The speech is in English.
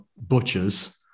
butchers